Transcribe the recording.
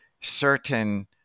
certain